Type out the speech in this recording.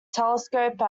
telescope